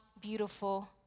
beautiful